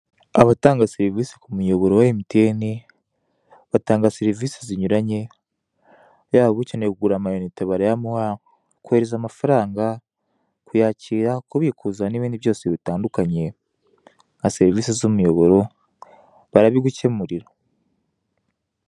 Abatanga serivisi ku muyobora wa MTN batanga serivisi zinyuranye yaba ukeneye kugura amayinite barayamuha, kohereza amafaranga, kuyakira, kubikuza n' ibindi byose bitandukanye nka serivisi z' umuyoboro barabigukemurira.